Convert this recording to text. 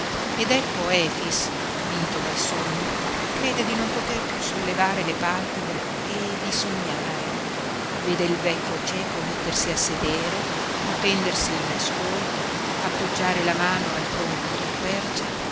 ed ecco efix vinto dal sonno crede di non poter piú sollevare le palpebre e di sognare vede il vecchio cieco mettersi a sedere protendersi in ascolto appoggiare la mano al tronco della quercia